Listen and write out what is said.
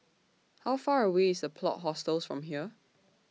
How Far away IS The Plot Hostels from here